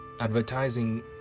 advertising